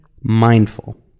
mindful